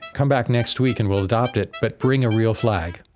come back next week and we'll adopt it, but bring a real flag.